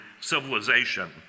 civilization